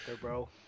bro